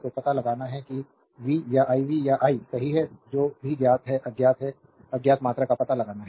तो पता लगाना है कि v या i v या i सही है जो भी ज्ञात है अज्ञात है अज्ञात मात्रा का पता लगाना है